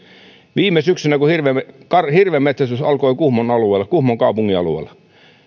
viime syksynä kun hirvenmetsästys alkoi kuhmon kaupungin alueella